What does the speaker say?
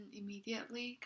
immediately